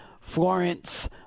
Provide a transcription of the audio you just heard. Florence